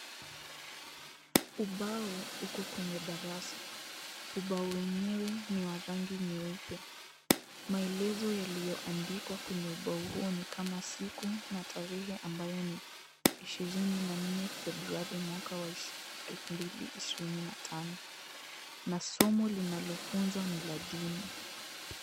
Ubao uko kwenye darasa. Ubao wenyewe ni wa rangi nyeupe. Maelezo yaliyoandikwa kwenye ubao huu ni kama siku na tarehe ambayo ni ishirini na nne February mwaka wa 2015 na somo linalofunza ni la dini.